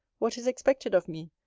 what is expected of me,